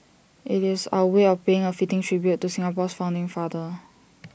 IT is our way of paying A fitting tribute to Singapore's founding father